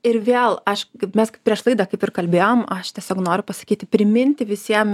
ir vėl aš kaip mesk prieš laidą kaip ir kalbėjom aš tiesiog noriu pasakyti priminti visiems